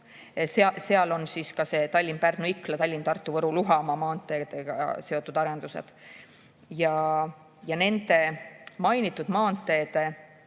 Seal on ka Tallinna–Pärnu–Ikla ja Tallinna–Tartu–Võru–Luhamaa maanteedega seotud arendused. Nende mainitud maanteede